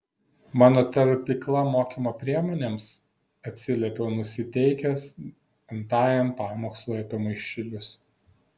mano talpykla mokymo priemonėms atsiliepiau nusiteikęs n tajam pamokslui apie maišelius